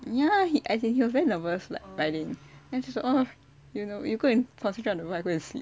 ya he as in he was very nervous like riding then I just like oh you know you go and concentrate on the road I go and sleep